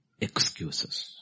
excuses